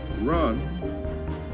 run